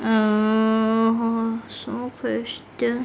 mm 什么 question